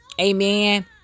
Amen